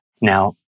Now